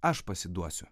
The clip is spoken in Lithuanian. aš pasiduosiu